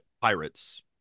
Pirates